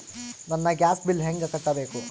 ನನ್ನ gas bill ಹೆಂಗ ಕಟ್ಟಬೇಕು?